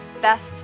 best